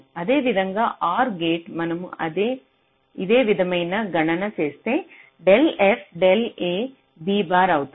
అదేవిధంగా OR gate మనము ఇదే విధమైన గణన చేస్తే del f del a b bar అవుతుంది